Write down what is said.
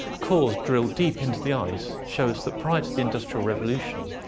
cores drilled deep into the ice show us that prior to the industrial revolution,